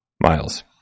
Miles